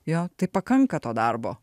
jo tai pakanka to darbo